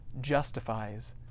justifies